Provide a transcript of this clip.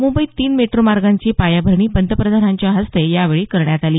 मुंबईत तीन मेट्रो मार्गांची पायाभरणी पंतप्रधानांच्या हस्ते यावेळी करण्यात आली